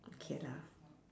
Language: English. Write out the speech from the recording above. K lah